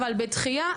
אבל בדחייה,